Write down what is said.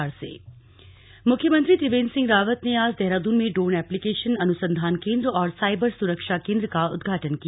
उदघाटन मुख्यमंत्री त्रिवेन्द्र सिंह रावत ने आज देहरादून में ड्रोन एप्लिकेशन अनुसंधान केन्द्र और साईबर सुरक्षा केन्द्र का उद्घाटन किया